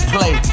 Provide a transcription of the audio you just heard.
Play